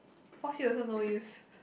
force you also no use